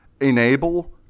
enable